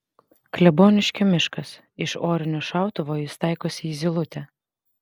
kleboniškio miškas iš orinio šautuvo jis taikosi į zylutę